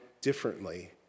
differently